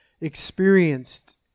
experienced